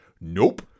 Nope